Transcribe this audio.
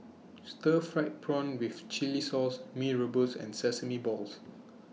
Stir Fried Prawn with Chili Sauce Mee Rebus and Sesame Balls